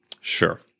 Sure